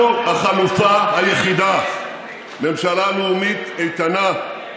אנחנו החלופה היחידה, ממשלה לאומית איתנה,